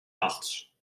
nachts